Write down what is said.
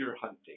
hunting